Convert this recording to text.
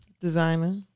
Designer